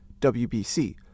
WBC